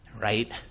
right